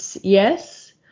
yes